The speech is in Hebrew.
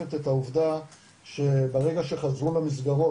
משקפת את העובדה שברגע שחזרו למסגרות,